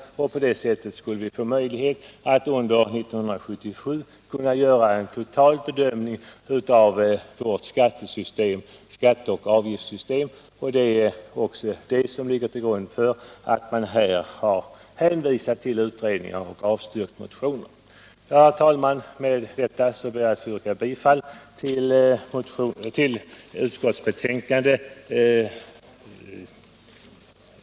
Vi skulle på det sättet få möjlighet att under 1977 göra en totalbedömning av vårt skatte och avgiftssystem. Det är därför vi här har hänvisat till utredningarna och avstyrkt motionen. Herr talman! Med detta ber jag att få yrka bifall till utskottets hemställan